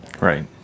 Right